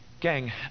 Gang